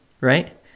right